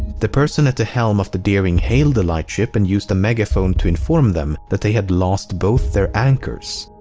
the person at the helm of the deering hailed the lightship and used a megaphone to inform them that they had lost both their anchors.